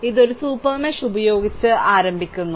ഇത് ഒരു super mesh ഉപയോഗിച്ച് ആരംഭിക്കുന്നു